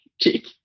cheek